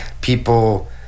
people